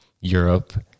Europe